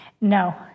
No